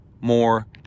more